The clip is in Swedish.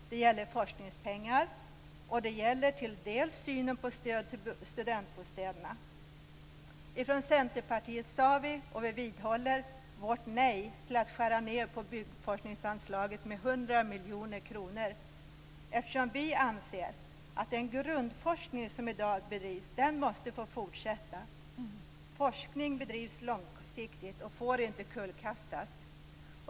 Det gäller forskningspengar, och det gäller till dels synen på stöd till studentbostäderna. Centerpartiet sade nej till att skära ned på byggforskningsanslaget med 100 miljoner kronor, och vi vidhåller det. Vi anser att den grundforskning som i dag bedrivs måste få fortsätta. Forskning bedrivs långsiktigt och får inte kullkastas.